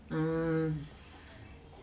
um